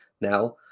now